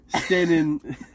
standing